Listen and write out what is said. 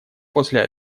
после